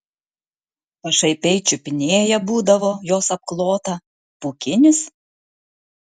pašaipiai čiupinėja būdavo jos apklotą pūkinis